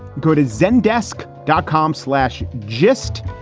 good to zendesk dot com slash gist.